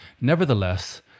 Nevertheless